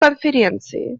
конференции